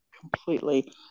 completely